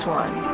one